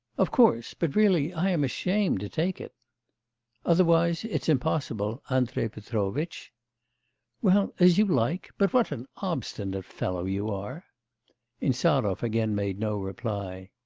of course but really i am ashamed to take it otherwise it's impossible, andrei petrovitch well, as you like but what an obstinate fellow you are insarov again made no reply.